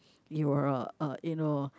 you're uh you know